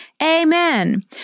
Amen